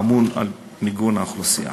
האמון על מיגון האוכלוסייה.